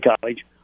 college